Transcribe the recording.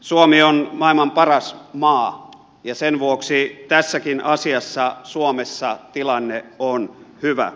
suomi on maailman paras maa ja sen vuoksi tässäkin asiassa suomessa tilanne on hyvä